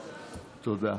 תודה.